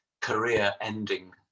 career-ending